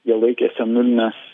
jie laikėsi nulinės